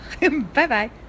bye-bye